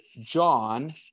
John